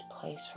place